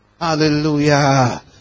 Hallelujah